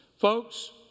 Folks